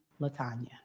Latanya